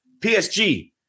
PSG